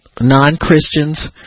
non-Christians